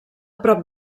prop